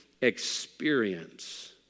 experience